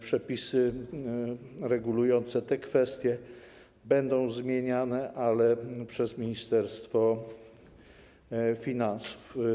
Przepisy regulujące te kwestie będą zmieniane, ale przez Ministerstwo Finansów.